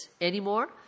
anymore